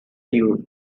dune